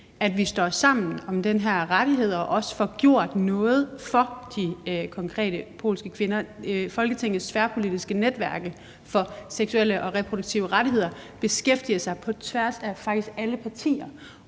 at vi står sammen om de her rettigheder og også får gjort noget for de konkrete polske kvinder. Folketingets Tværpolitiske Netværk for Seksuel og Reproduktiv Sundhed og Rettigheder beskæftiger sig faktisk på tværs af alle partier